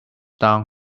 down